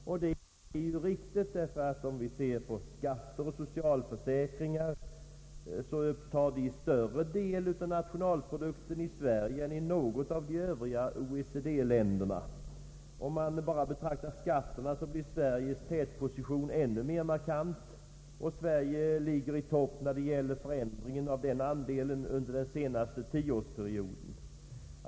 Detta är riktigt: om vi studerar skatter och socialförsäkringar så upptar dessa större del av nationalprodukten i Sverige än i något av de övriga OECD-länderna. Om man bara betraktar skatterna, blir Sveriges tätposition ännu mer markant, och Sverige ligger i topp när det gäller förändringen av den andelen under senaste tioårsperioden.